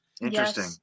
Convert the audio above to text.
Interesting